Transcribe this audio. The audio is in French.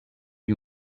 lui